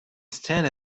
stand